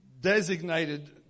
designated